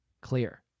clear